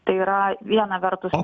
tai yra viena vertus